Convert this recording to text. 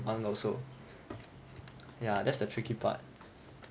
want also ya that's the tricky part